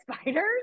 spiders